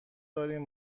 داریم